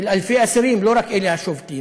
של אלפי אסירים, לא רק אלה השובתים,